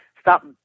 stop